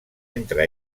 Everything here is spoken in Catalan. entre